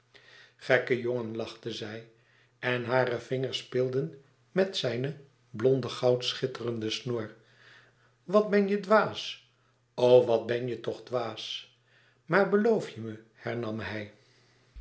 gekke jongen lachte zij en hare vingers speelden met zijne blonde goudschitterende snor wat ben je dwaas o wat ben je toch dwaas maar beloof je me hernam hij